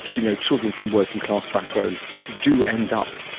you know children from working class backgrounds do end up,